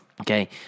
okay